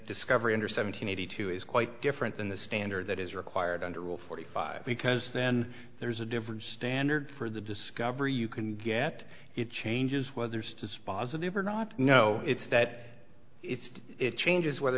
discovery under seventeen eighty two is quite different than the standard that is required under rule forty five because then there's a different standard for the discovery you can get it changes whether it's to spazz of the of or not no it's that it changes whether